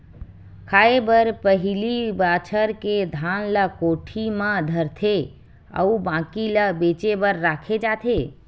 खाए बर पहिली बछार के धान ल कोठी म धरथे अउ बाकी ल बेचे बर राखे जाथे